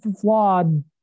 flawed